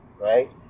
right